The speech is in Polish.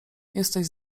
jesteś